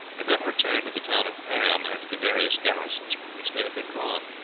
and then returned to the town of ham and to the various garrisons from which they had been drawn.